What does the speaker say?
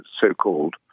so-called